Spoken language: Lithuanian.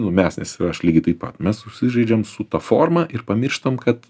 nu mes nes ir aš lygiai taip pat mes užsižaidžiam su ta forma ir pamirštam kad